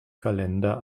kalender